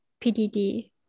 PDD